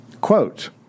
Quote